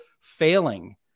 failing